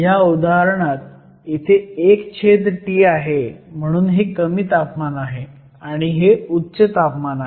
ह्या उदाहरणात इथे 1T आहे म्हणून हे कमी तापमान आहे आणि हे उच्च तापमान आहे